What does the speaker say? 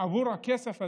עבור הכסף הזה,